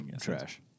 trash